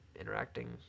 interacting